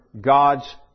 God's